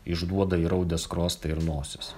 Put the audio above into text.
išduoda įraudę skruostai ir nosis